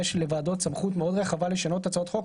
יש לוועדות סמכות מאוד רחבה לשנות הצעות חוק,